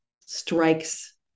strikes